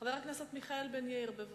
חבר הכנסת מיכאל בן-יאיר, בבקשה.